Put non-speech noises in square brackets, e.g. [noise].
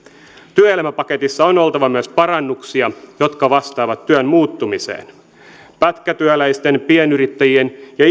työelämäpaketissa on oltava myös parannuksia jotka vastaavat työn muuttumiseen pätkätyöläisten pienyrittäjien ja [unintelligible]